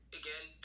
again